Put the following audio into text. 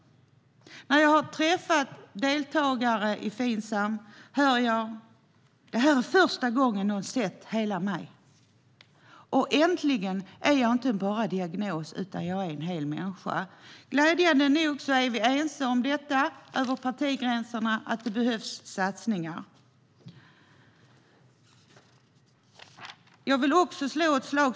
När jag träffar deltagare i Finsam hör jag: Det här är första gången någon sett hela mig. Äntligen är jag inte bara en diagnos - jag är en hel människa. Glädjande nog är vi eniga över partigränserna om att det behövs satsningar.